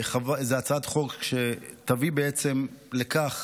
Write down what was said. והוא צעד חשוב כדי להבטיח